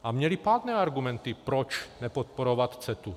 A měli pádné argumenty, proč nepodporovat CETA.